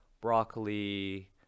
broccoli